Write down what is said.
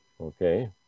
okay